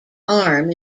arm